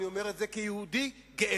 אני אומר את זה כיהודי גאה,